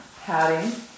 padding